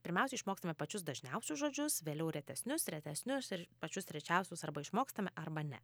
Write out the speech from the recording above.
pirmiausia išmokstame pačius dažniausius žodžius vėliau retesnius retesnius ir pačius rečiausius arba išmokstame arba ne